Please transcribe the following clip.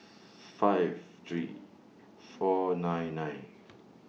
five three four nine nine